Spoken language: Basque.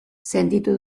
sentitu